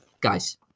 Guys